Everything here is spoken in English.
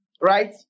right